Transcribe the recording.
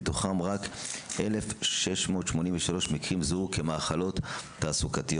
מתוכם רק 1,683 מקרים זוהו כמחלות תעסוקתיות.